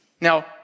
Now